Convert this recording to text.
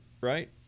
Right